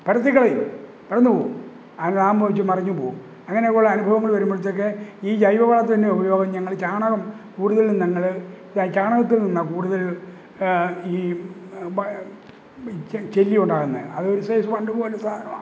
പരത്തിക്കളയും പരന്നുപോകും അങ്ങാമോൽച്ച് മറിഞ്ഞുപോവും അങ്ങനെയൊക്കെയുള്ള അനുഭവങ്ങള് വരുമ്പൾത്തേയ്ക്ക് ഈ ജൈവവളത്തിൻ്റെ ഉപയോഗം ഞങ്ങള് ചാണകം കൂടുതലും ഞങ്ങള് ചാണകത്തിൽ നിന്ന കൂടുതല് ഈ ചെല്ലിയുണ്ടാകുന്നെ അതൊരു സൈസ്സ് വണ്ട് പോലെ സാനവ